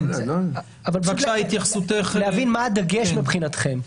רציתי להבין מה הדגש מבחינתכם.